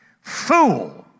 Fool